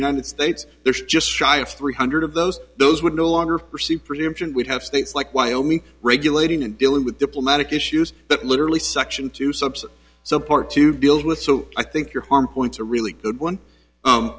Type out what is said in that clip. united states there's just shy of three hundred of those those would no longer pursue preemption would have states like wyoming regulating and dealing with diplomatic issues but literally section two subs so part to deal with so i think your farm points a really good one